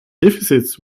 deficits